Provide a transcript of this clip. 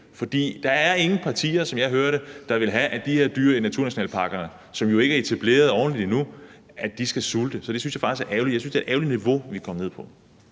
for der er ingen partier, sådan som jeg hører det, der vil have, at de her dyr i naturnationalparkerne, som jo ikke er etableret ordentligt endnu, skal sulte. Så jeg synes, det er et ærgerligt niveau, vi er kommet ned på.